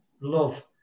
Love